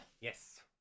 Yes